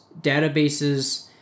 databases